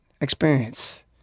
experience